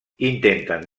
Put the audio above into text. intenten